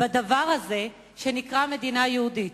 ב"דבר הזה" שנקרא מדינה יהודית.